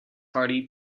party